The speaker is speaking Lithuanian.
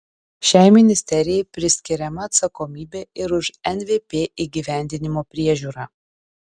šiai ministerijai priskiriama atsakomybė ir už nvp įgyvendinimo priežiūrą